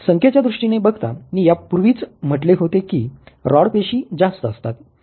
संख्येच्या दृष्टीने बघता मी यापूर्वीच म्हटले होते की रॉड पेशी जास्त असतात